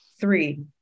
Three